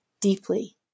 deeply